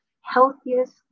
healthiest